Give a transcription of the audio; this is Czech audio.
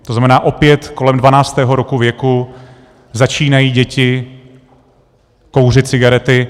To znamená, opět kolem dvanáctého roku věku začínají dětí kouřit cigarety.